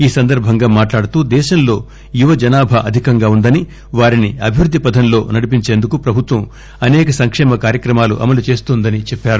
ఈ సందర్బంగా మాట్లాడుతూ దేశంలో యువత జనాభా అధికం గా వుందని వారి ని అభివృద్ది పధం లో నడిపించేందుకు ప్రభుత్వం అసేక సంకేమ కార్యక్రమాలు అమలు చేన్తోందని చెప్పారు